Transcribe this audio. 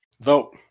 Vote